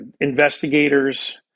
investigators